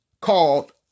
called